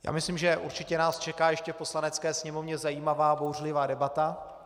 Já myslím, že určitě nás čeká ještě v Poslanecké sněmovně zajímavá bouřlivá debata.